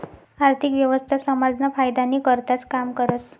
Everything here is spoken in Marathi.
आर्थिक व्यवस्था समाजना फायदानी करताच काम करस